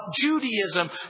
Judaism